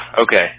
okay